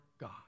God